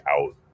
out